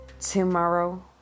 Tomorrow